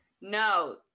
No